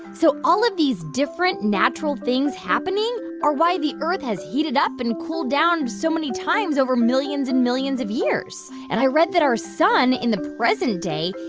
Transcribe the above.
so all of these different natural things happening are why the earth has heated up and cooled down so many times over millions and millions of years. and i read that our sun, in the present day,